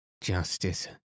Justice